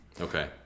Okay